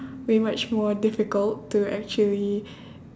way much more difficult to actually